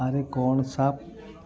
ଆରେ କଣ ସାପ୍